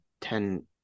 ten